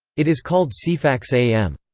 it is called ceefax am.